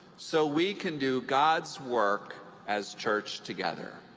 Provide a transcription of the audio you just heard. so we can do god's work as church together.